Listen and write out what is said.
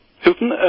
Hilton